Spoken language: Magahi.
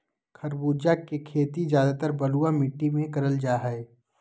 खरबूजा के खेती ज्यादातर बलुआ मिट्टी मे करल जा हय